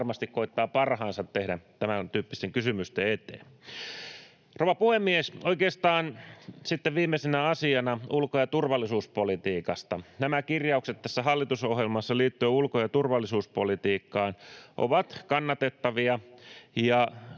hän varmasti koettaa parhaansa tehdä tämäntyyppisten kysymysten eteen. Rouva puhemies! Oikeastaan sitten viimeisenä asiana ulko- ja turvallisuuspolitiikasta. Nämä kirjaukset tässä hallitusohjelmassa liittyen ulko- ja turvallisuuspolitiikkaan ovat kannatettavia,